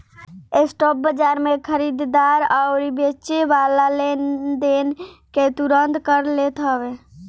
spot बाजार में खरीददार अउरी बेचेवाला लेनदेन के तुरंते कर लेत हवे